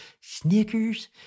Snickers